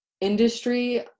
industry